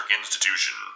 institution